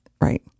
Right